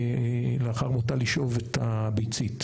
לאחר מותה לשאוב את הביצית.